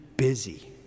busy